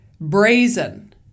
brazen